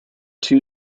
two